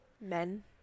men